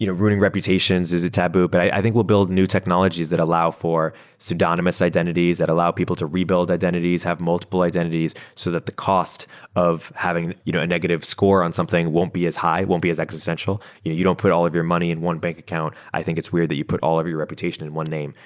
you know ruining reputations is a taboo, but i think we'll build new technologies that allow for pseudonymous identities, that allow people to rebuild identities, have multiple identities so that the cost of having a negative score on something won't be as high, won't be as existential. you know you don't put all of your money in one bank account. i think it's weird that you put all of your reputation in one name.